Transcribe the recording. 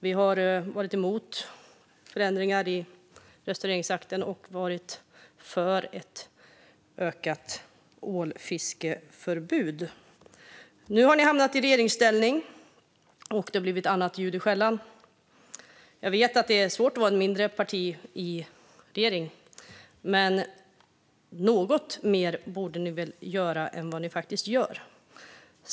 Vi har varit emot förändringar i restaureringsakten och varit för ett ökat ålfiskeförbud. Nu har ni hamnat i regeringsställning, och det har blivit annat ljud i skällan. Jag vet att det är svårt att vara ett mindre parti i en regering, men något mer borde ni väl göra än vad ni faktiskt gör?